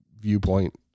viewpoint